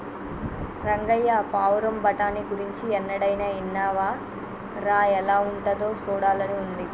రంగయ్య పావురం బఠానీ గురించి ఎన్నడైనా ఇన్నావా రా ఎలా ఉంటాదో సూడాలని ఉంది